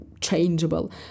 changeable